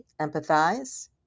empathize